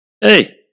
Hey